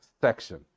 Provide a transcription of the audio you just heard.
section